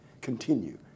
Continue